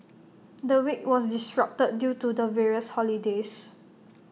the week was disrupted due to the various holidays